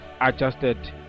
adjusted